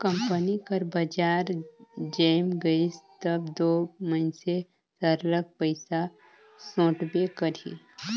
company कर बजार जइम गइस तब दो मइनसे सरलग पइसा सोंटबे करही